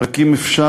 רק אם אפשר,